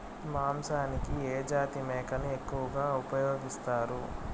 మాంసానికి ఏ జాతి మేకను ఎక్కువగా ఉపయోగిస్తారు?